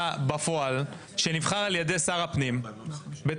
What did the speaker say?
בפועל שנבחר על ידי שר הפנים בתפקידו?